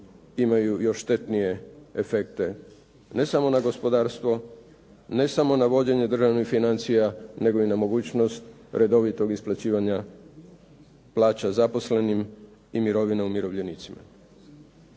imaju još štetnije efekte ne samo na gospodarstvo, ne samo na vođenje državnih financija nego i na mogućnost redovitog isplaćivanja plaća zaposlenima i mirovina umirovljenicima.